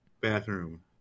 bathroom